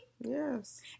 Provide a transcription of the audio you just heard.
yes